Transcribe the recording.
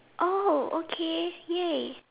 oh okay !yay!